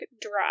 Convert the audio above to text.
dry